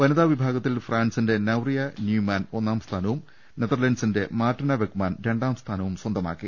വനിതകളുടെ വിഭാഗത്തിൽ ഫ്രാൻസിന്റെ നൌറിയ ന്യൂമാൻ ഒന്നാംസ്ഥാനവും നെതർലാന്റ് സിന്റെ മാർട്ടിന വെഗ്മാൻ രണ്ടാംസ്ഥാനവും സ്വന്തമാക്കി